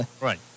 right